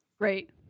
Great